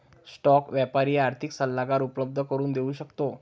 stock व्यापारी आर्थिक सल्लागार उपलब्ध करून देऊ शकतो